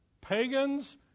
pagans